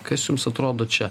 kas jums atrodo čia